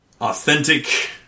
authentic